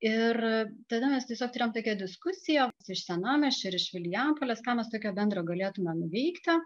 ir tada mes turėjom tokią diskusiją iš senamiesčio ir iš vilijampolės ką mes tokio bendro galėtume nuveikti